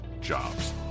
jobs